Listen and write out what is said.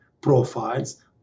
profiles